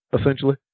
essentially